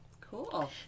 cool